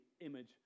image